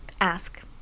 ask